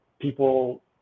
people